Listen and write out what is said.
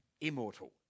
immortal